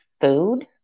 food